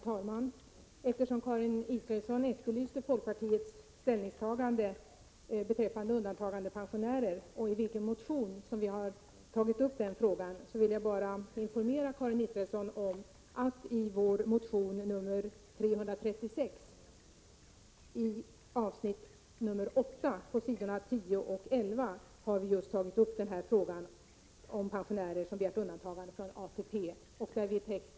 Herr talman! Karin Israelsson efterlyste folkpartiets ställningstagande beträffande undantagandepensionärer och i vilken motion vi har tagit upp denna fråga. Jag vill därför informera Karin Israelsson om att vi har tagit upp frågan om pensionärer som har begärt undantagande från ATP i vår motion Sf336, avsnitt 8 på s. 10-11.